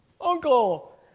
Uncle